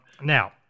now